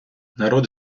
народ